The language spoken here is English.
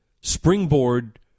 springboard